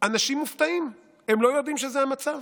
אנשים מופתעים, הם לא יודעים שזה המצב.